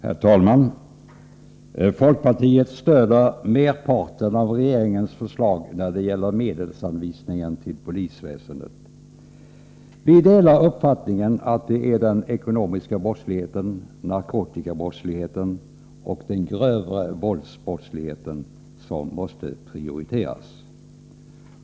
Herr talman! Folkpartiet stöder merparten av regeringens förslag när det gäller medelsanvisningen till polisväsendet. Vi delar uppfattningen att det är kampen mot den ekonomiska brottsligheten, narkotikabrottsligheten och den grövre våldsbrottsligheten som måste prioriteras.